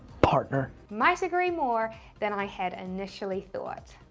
partner. might agree more than i had initially thought.